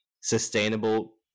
sustainable